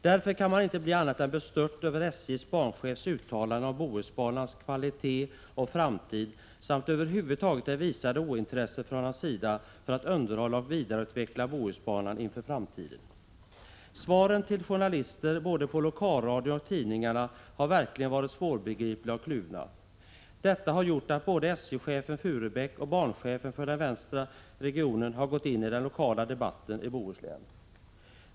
Därför kan man inte bli annat än bestört över SJ:s banchefs uttalande om Bohusbanans kvalitet och framtid samt över huvud taget över det ointresse han visat för att underhålla och vidareutveckla Bohusbanan inför framtiden. Svaren till journalister inom både lokalradion och tidningarna har verkligen varit svårbegripliga och kluvna. Detta har gjort att både SJ-chefen Furbäck och banchefen för den västra regionen har gått in i den lokala debatten i Bohuslän.